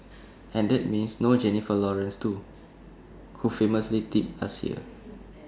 and that means no Jennifer Lawrence too who famous tripped last year